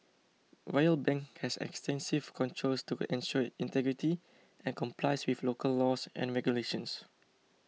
Royal Bank has extensive controls to ensure integrity and complies with local laws and regulations